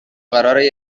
قراره